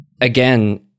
again